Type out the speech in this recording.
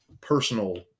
personal